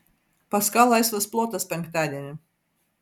pas ką laisvas plotas penktadienį